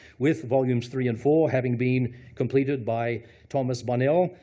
with volumes three and four having been completed by thomas bonnell,